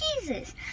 Jesus